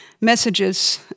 messages